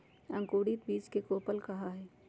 अंकुरित बीज के कोपल कहा हई